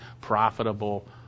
profitable